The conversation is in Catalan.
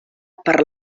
per